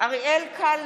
אריאל קלנר,